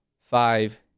five